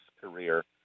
career